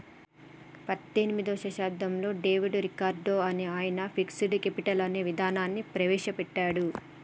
పద్దెనిమిదో శతాబ్దంలో David Ricardo అనే ఆయన ఫిక్స్డ్ కేపిటల్ అనే ఇదానాన్ని ప్రవేశ పెట్టాడు